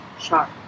Sharp